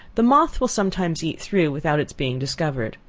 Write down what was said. the moth will sometimes eat through without its being discovered.